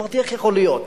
אמרתי: איך יכול להיות?